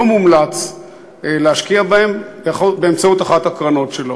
מומלץ להשקיע בהם באמצעות אחת הקרנות שלו.